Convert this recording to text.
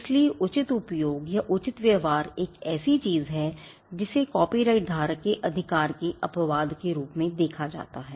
इसलिए उचित उपयोग या उचित व्यवहार एक ऐसी चीज है जिसे कॉपीराइट धारक के अधिकार के अपवाद के रूप में देखा जाता है